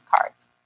Cards